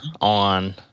on